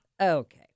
Okay